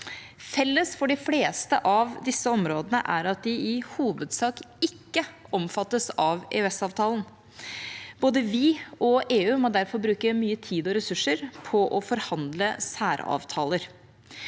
Felles for de fleste av disse områdene er at de i hovedsak ikke omfattes av EØS-avtalen. Både vi og EU må derfor bruke mye tid og ressurser på å forhandle særavtaler,